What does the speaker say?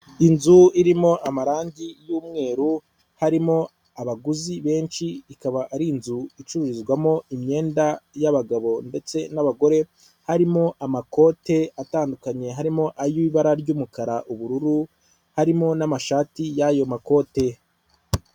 Inzu irimo amarangi y'umweru harimo abaguzi benshi ikaba ari inzu icururizwamo imyenda y'abagabo ndetse n'abagore, harimo amakote atandukanye harimo ay'ibara ry'umukara, ubururu harimo n'amashati y'ayo makote.